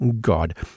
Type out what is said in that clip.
God